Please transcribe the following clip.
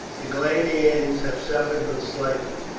the gladiators have suffered but slightly,